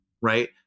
Right